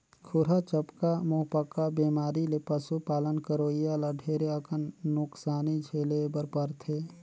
खुरहा चपका, मुहंपका बेमारी ले पसु पालन करोइया ल ढेरे अकन नुकसानी झेले बर परथे